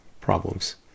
problems